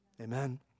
Amen